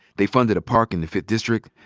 they funded a park in the fifth district,